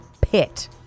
pit